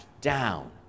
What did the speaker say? down